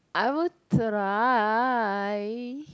I will try